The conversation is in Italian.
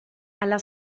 alla